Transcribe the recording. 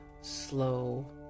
slow